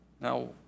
Now